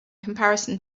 comparison